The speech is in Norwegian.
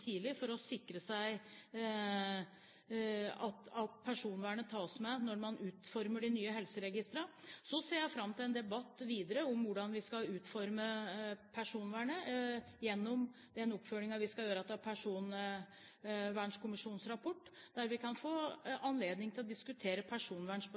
tidlig for å sikre at personvernet tas med når man utformer de nye helseregistrene. Så ser jeg fram til en debatt videre om hvordan vi skal utforme personvernet, gjennom oppfølgingen av Personvernkommisjonens rapport, der vi kan få